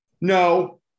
No